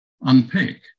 unpick